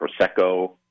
Prosecco